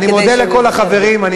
אני מודה לכל החברים.